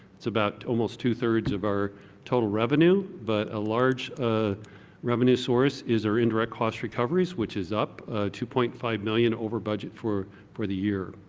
it's about almost two thirds of our total revenue, but a large ah revenue source is an indirect cost recovery which is up to point five million over budget for for the year.